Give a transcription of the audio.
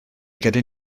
gyda